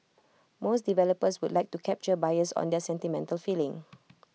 most developers would like to capture buyers on their sentimental feeling